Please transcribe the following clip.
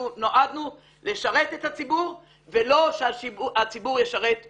אנחנו נועדנו לשרת את הציבור ולא שהציבור ישרת אותנו.